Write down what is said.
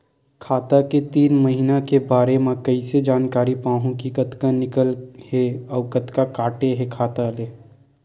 खाता के तीन महिना के बारे मा कइसे जानकारी पाहूं कि कतका निकले हे अउ कतका काटे हे खाता ले?